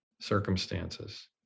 circumstances